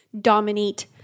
dominate